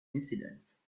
incidents